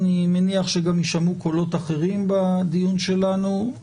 ואני מניח שגם יישמעו קולות אחרים בדיון שלנו,